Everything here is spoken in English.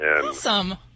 Awesome